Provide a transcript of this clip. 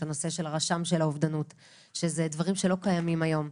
הנושא של הרשם של האובדנות שזה דברים שלא קיימים היום.